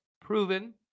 proven